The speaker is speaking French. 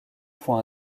point